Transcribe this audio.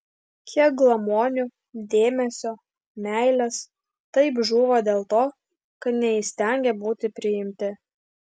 kiek glamonių dėmesio meilės taip žūva dėl to kad neįstengė būti priimti